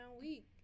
week